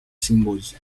symbols